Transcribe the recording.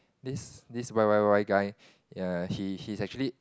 this this Y Y_Y guy ya he he's actually